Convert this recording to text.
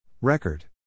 Record